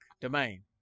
domain